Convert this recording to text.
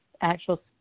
actual